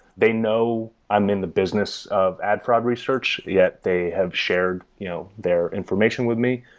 they know i'm in the business of ad fraud research, yet they have shared you know their information with me.